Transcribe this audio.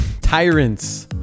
tyrants